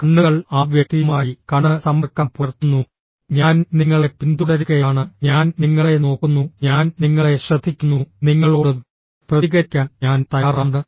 കണ്ണുകൾ ആ വ്യക്തിയുമായി കണ്ണ് സമ്പർക്കം പുലർത്തുന്നു ഞാൻ നിങ്ങളെ പിന്തുടരുകയാണ് ഞാൻ നിങ്ങളെ നോക്കുന്നു ഞാൻ നിങ്ങളെ ശ്രദ്ധിക്കുന്നു നിങ്ങളോട് പ്രതികരിക്കാൻ ഞാൻ തയ്യാറാണ്